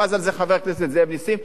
רמז על זה חבר הכנסת נסים זאב,